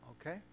Okay